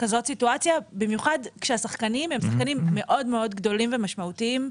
כזאת סיטואציה במיוחד כשהשחקנים הם שחקנים מאוד מאוד גדולים ומשמעותיים,